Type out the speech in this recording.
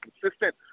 consistent